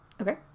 Okay